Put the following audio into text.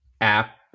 app